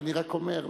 אני רק אומר.